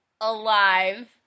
alive